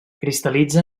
cristal·litza